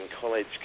college